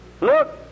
Look